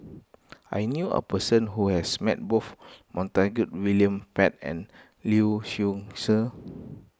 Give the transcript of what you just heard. I knew a person who has met both Montague William Pett and Lee Seow Ser